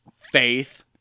faith